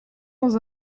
dans